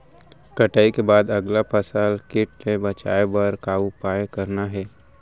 कटाई के बाद अगला फसल ले किट ले बचाए बर का उपाय करना हे?